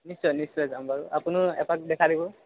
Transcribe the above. নিশ্চয় নিশ্চয় যাম বাৰু আপুনিও এপাক দেখা দিব